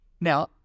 Now